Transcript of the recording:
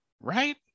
right